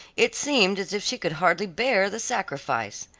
it seemed as if she could hardly bear the sacrifice.